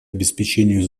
обеспечение